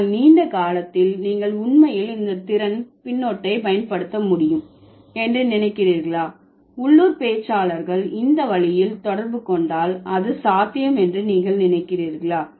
ஆனால் நீண்ட காலத்தில் நீங்கள் உண்மையில் இந்த திறன் பின்னொட்டை பயன்படுத்த முடியும் என்று நினைக்கிறீர்களா உள்ளூர் பேச்சாளர்கள் இந்த வழியில் தொடர்பு கொண்டால் அது சாத்தியம் என்று நீங்கள் நினைக்கிறீர்களா